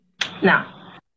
Now